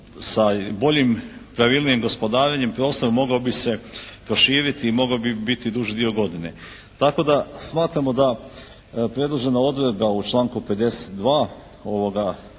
sa boljim i pravilnijim gospodarenjem prostora mogao bi se proširiti i mogao bi biti duži dio godine. Tako da smatramo da predložena odredba u članku 52. ovoga